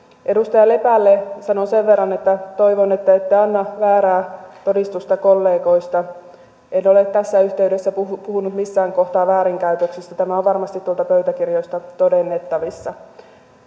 edustaja lepälle sanon sen verran että toivon että ette anna väärää todistusta kollegoista en ole tässä yhteydessä puhunut missään kohtaa väärinkäytöksistä tämä on varmasti tuolta pöytäkirjoista todennettavissa